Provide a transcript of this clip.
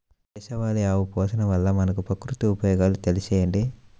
దేశవాళీ ఆవు పోషణ వల్ల మనకు, ప్రకృతికి ఉపయోగాలు తెలియచేయండి?